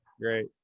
Great